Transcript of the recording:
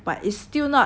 or they'll just run off